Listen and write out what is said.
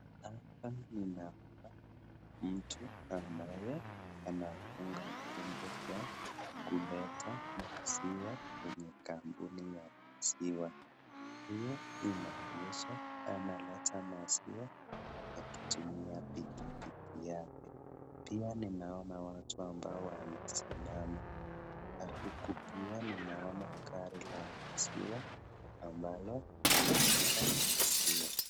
Hapa ninaona mtu ambaye anafunga vyombo vya kuleta maziwa kwenye kampuni ya, huyu inaonyesha kuwa analeta maziwa akitumia pikipiki yake. Pia ninaona watu wamesimama na huku pia ninaona gari la maziwa ambalo inaleta maziwa.